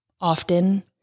often